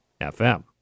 FM